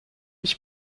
ich